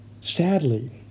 Sadly